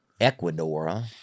Ecuador